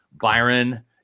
Byron